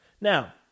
Now